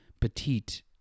petite